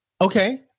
Okay